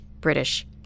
British